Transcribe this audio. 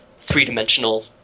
three-dimensional